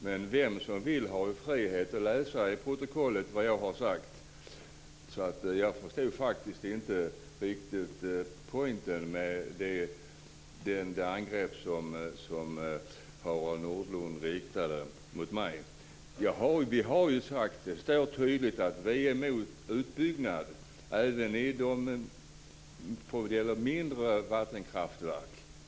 Men den som vill har ju frihet att läsa i protokollet vad jag har sagt. Jag förstod faktiskt inte riktigt poängen med det angrepp som Harald Nordlund riktade mot mig. Vi har ju sagt och det står tydligt att vi är emot utbyggnad även när det gäller mindre vattenkraftverk.